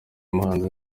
muhanzi